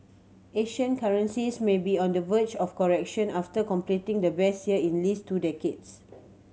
Asian currencies may be on the verge of a correction after completing the best year in least two decades